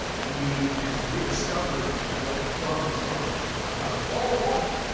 and we have rediscovered what darwin was talking ah about all along,